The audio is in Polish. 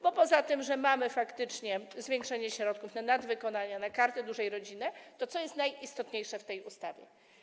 Bo poza tym, że mamy faktycznie zwiększenie środków na nadwykonania, na Kartę Dużej Rodziny, to co jest najistotniejsze w tej ustawie?